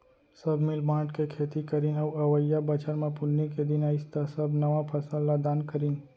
सब मिल बांट के खेती करीन अउ अवइया बछर म पुन्नी के दिन अइस त सब नवा फसल ल दान करिन